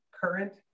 current